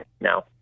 now